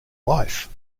life